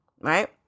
right